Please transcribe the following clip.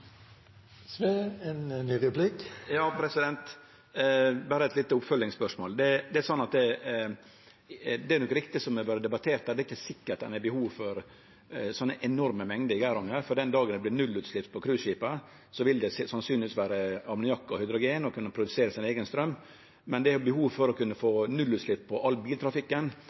Berre eit lite oppfølgingsspørsmål: Det er nok rett som det har vore debattert her, at det ikkje er sikkert at ein har behov for slike enorme mengder i Geiranger, for den dagen det vert nullutslepp på cruiseskipa, vil det sannsynlegvis vere ammoniakk og hydrogen, og ein kan produsere sin eigen straum. Men det er eit behov for å kunne få nullutslepp på all biltrafikken